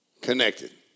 connected